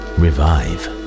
revive